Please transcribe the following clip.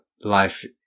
life